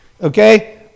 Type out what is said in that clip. Okay